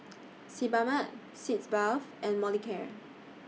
Sebamed Sitz Bath and Molicare